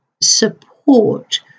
support